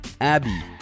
Abby